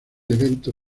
evento